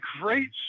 great